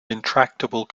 intractable